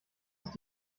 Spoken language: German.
ist